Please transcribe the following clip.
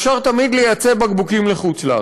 אפשר תמיד לייצא בקבוקים לחוץ-לארץ.